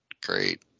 great